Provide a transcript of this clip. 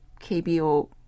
KBO